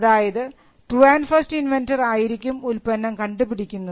അതായത് true and first inventor ആയിരിക്കും ഉൽപ്പന്നം കണ്ടുപിടിക്കുന്നത്